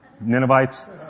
Ninevites